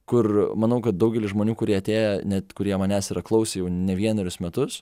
kur manau kad daugelis žmonių kurie atėję net kurie manęs yra klausę jau ne vienerius metus